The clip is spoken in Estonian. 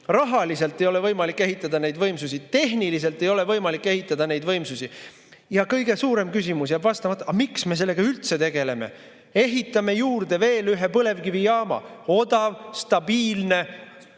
rahaliselt ei ole võimalik ehitada neid võimsusi, tehniliselt ei ole võimalik ehitada neid võimsusi. Ja kõige suurem küsimus jääb vastamata: aga miks me sellega üldse tegeleme? Ehitame juurde veel ühe põlevkivijaama – odav, stabiilne ...